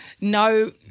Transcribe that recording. no